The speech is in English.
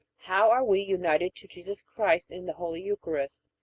how are we united to jesus christ in the holy eucharist?